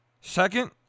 Second